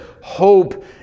hope